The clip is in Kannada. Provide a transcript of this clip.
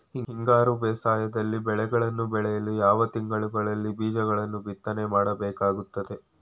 ಹಿಂಗಾರು ಬೇಸಾಯದಲ್ಲಿ ಬೆಳೆಗಳನ್ನು ಬೆಳೆಯಲು ಯಾವ ತಿಂಗಳುಗಳಲ್ಲಿ ಬೀಜಗಳನ್ನು ಬಿತ್ತನೆ ಮಾಡಬೇಕಾಗುತ್ತದೆ?